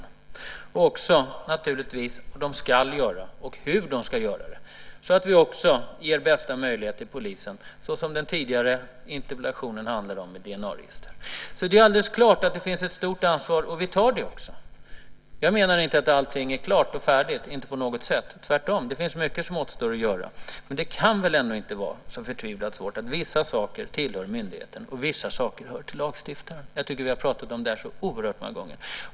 Det gäller också naturligtvis vad man ska göra och hur man ska göra det. Så ger vi också den bästa möjligheten för polisen när det till exempel gäller det som den tidigare interpellationen handlade om - DNA-register. Det är alldeles klart att det finns ett stort ansvar, och vi tar det också. Jag menar inte på något sätt att allting är klart och färdigt. Tvärtom finns det mycket som återstår att göra. Men det kan väl ändå inte vara så förtvivlat svårt att förstå att vissa saker tillhör myndigheten och vissa saker hör till lagstiftaren? Jag tycker att vi har pratat om det här så oerhört många gånger.